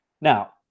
now